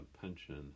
pension